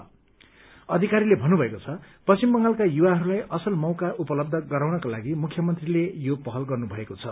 उक्त अधिकारीहरूले भन्नुभएको छ पश्चिम बंगालका युवाहरू असल मैका उपलब्ध गराउनका लागि मुख्यमन्त्रीले यो पहल गर्नुभएको छ